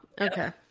Okay